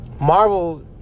Marvel